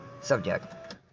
subject